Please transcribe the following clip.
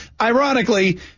Ironically